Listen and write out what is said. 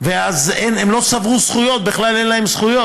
אז הם לא צברו זכויות, בכלל אין להם זכויות.